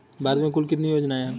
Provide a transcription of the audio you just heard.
भारत में कुल कितनी योजनाएं हैं?